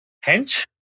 Hence